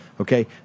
Okay